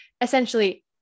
essentially